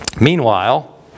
Meanwhile